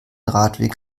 radweg